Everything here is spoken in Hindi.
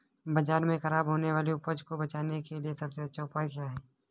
बाज़ार में खराब होने वाली उपज को बेचने के लिए सबसे अच्छा उपाय क्या हैं?